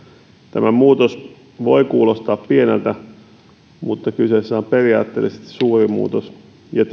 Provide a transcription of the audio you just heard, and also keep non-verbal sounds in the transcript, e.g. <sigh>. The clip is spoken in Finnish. tämä muutos voi kuulostaa pieneltä mutta kyseessä on periaatteellisesti suuri muutos ja <unintelligible>